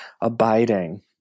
abiding